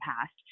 past